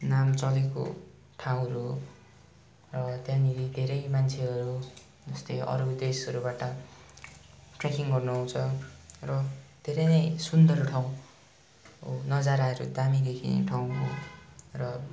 नाम चलेको ठाउँहरू हो र त्यहाँनिर धेरै मान्छेहरू जस्तै अरू देशहरूबाट ट्रेकिङ गर्नु आउँछ र धेरै नै सुन्दर ठाउँ हो नजराहरू दामी देखिने ठाउँ हो र